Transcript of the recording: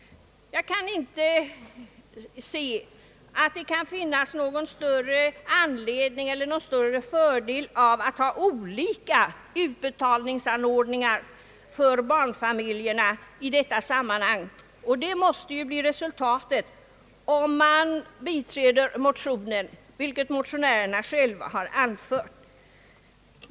Jag kan inte se att det finns någon större fördel i att ha olika utbetalningsanordningar för barnfamiljerna i detta sammanhang, vilket ju blir resultatet om motionen bifalles, vilket motionärerna själva har anfört.